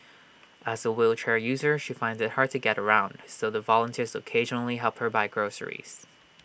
as A wheelchair user she finds IT hard to get around so the volunteers occasionally help her buy groceries